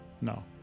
No